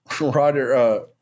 Roger